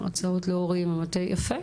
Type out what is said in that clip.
יפה.